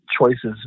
choices